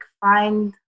find